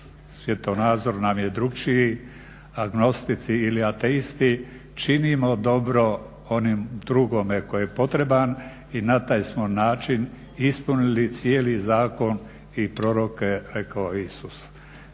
svjetonazor nam je drukčiji, agnostici ili ateisti činimo dobro onom drugome kojem je potreban i na taj smo način ispunili cijeli zakon i proroke rekao je Isus.